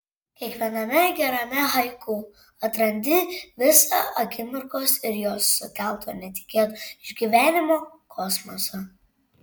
kiekviename gerame haiku atrandi visą akimirkos ir jos sukelto netikėto išgyvenimo kosmosą